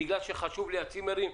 בגלל שחשוב לי הצימרים,